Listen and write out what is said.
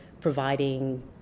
providing